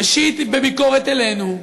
ראשית, בביקורת אלינו.